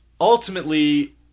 ultimately